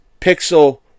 Pixel